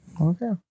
Okay